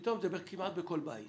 זה כמעט בכל בית